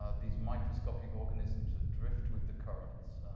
ah these microscopic organisms that drift with the currents,